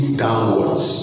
downwards